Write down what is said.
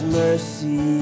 mercy